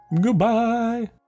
goodbye